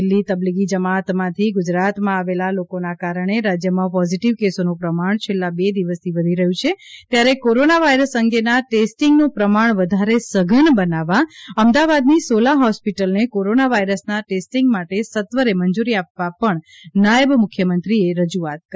દિલ્ઠી તબલીગી જમાતમાંથી ગુજરાતમાં આવેલા લોકોના કારણે રાજ્યમાં પોઝિટિવ કેસોનું પ્રમાણ છેલ્લા બે દિવસથી વધી રહ્યું છે ત્યારે કોરોના વાયરસ અંગેના ટેસ્ટિંગનું પ્રમાણ વધારે સઘન બનાવવા અમદાવાદની સોલા હોસ્પિટલને કોરોના વાયરસના ટેસ્ટિંગ માટે સત્વરે મંજૂરી આપવા પણ નાયબ મુખ્ય મંત્રીશ્રીએ રજુઆત કરી હતી